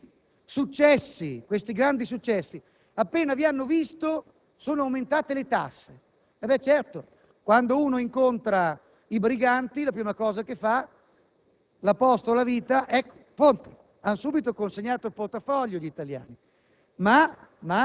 Avete detto che l'Italia era ripartita, che c'erano questi grandi successi. Appena vi hanno visto, sono aumentate le tasse. Beh, certo, quando uno incontra i briganti, la prima cosa che sente